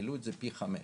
הם העלו את זה פי חמש.